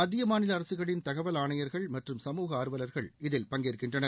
மத்திய மாநில அரசுகளின் தகவல் ஆணையர்கள் மற்றும் சமூக ஆர்வவர்கள் இதில் பங்கேற்கின்றனர்